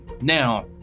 Now